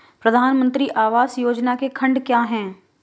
प्रधानमंत्री आवास योजना के खंड क्या हैं?